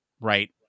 right